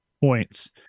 points